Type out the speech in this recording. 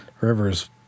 Rivers